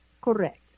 Correct